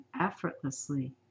effortlessly